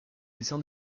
dessin